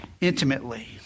intimately